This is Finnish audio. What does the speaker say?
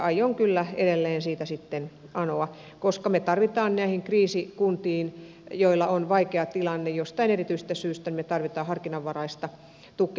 aion kyllä edelleen sitä anoa koska me tarvitsemme kriisikuntiin joilla on vaikea tilanne jostain erityisestä syystä harkinnanvaraista tukea